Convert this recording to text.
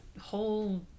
whole